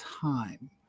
time